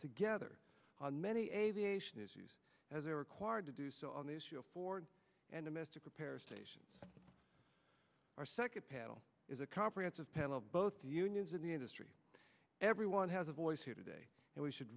together on many aviation issues as they are required to do so on the issue of foreign and domestic repair stations are second panel is a comprehensive panel of both the unions and the industry everyone has a voice here today and we should